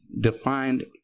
defined